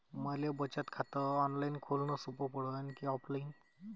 मले बचत खात ऑनलाईन खोलन सोपं पडन की ऑफलाईन?